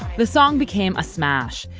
the song became a smash.